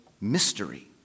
mystery